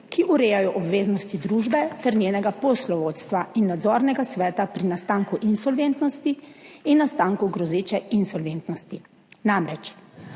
ki urejajo obveznosti družbe ter njenega poslovodstva in nadzornega sveta pri nastanku insolventnosti in nastanku grozeče insolventnosti. Namreč,